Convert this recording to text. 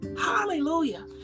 Hallelujah